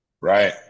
Right